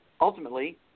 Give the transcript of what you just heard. ultimately